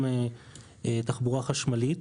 גם תחבורה חשמלית,